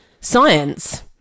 science